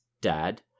dad